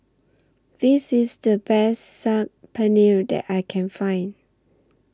This IS The Best Saag Paneer that I Can Find